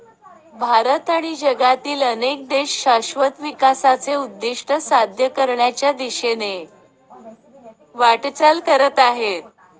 भारत आणि जगातील अनेक देश शाश्वत विकासाचे उद्दिष्ट साध्य करण्याच्या दिशेने वाटचाल करत आहेत